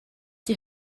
die